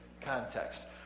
context